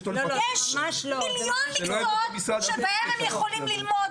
יש מיליון מקצועות שבהם הם יכולים ללמוד